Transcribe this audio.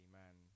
man